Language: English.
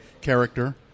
character